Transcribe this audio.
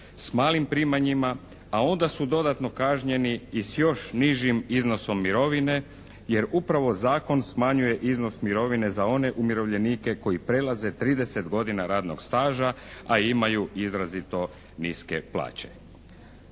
s malim primanjima a onda su dodatno kažnjeni i s još nižim iznosom mirovine jer upravo zakon smanjuje iznos mirovine za one umirovljenike koji prelaze 30 godina radnog staža a imaju izrazito niske plaće.